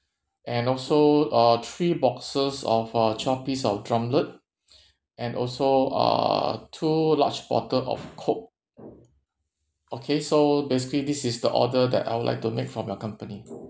and also uh three boxes of uh twelve piece of drumlet and also uh two large bottle of coke okay so basically this is the order that I would like to make from your company